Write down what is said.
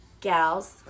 Gals